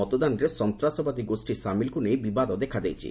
ମତଦାନରେ ସନ୍ତାସବାଦୀ ଗୋଷ୍ଠୀ ସାମିଲକୁ ନେଇ ବିବାଦ ଦେଖାଦେଇଛି